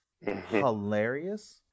hilarious